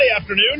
afternoon